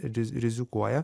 rizi rizikuoja